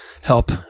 help